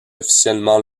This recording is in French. officiellement